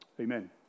Amen